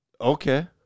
Okay